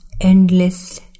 endless